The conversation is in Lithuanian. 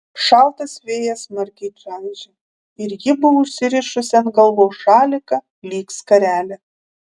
šaltas vėjas smarkiai čaižė ir ji buvo užsirišusi ant galvos šaliką lyg skarelę